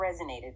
resonated